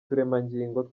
turemangingo